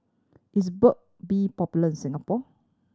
is Burt Bee popular in Singapore